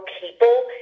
people